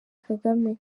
kagame